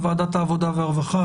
בוועדת העבודה והרווחה.